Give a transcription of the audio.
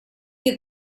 you